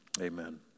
Amen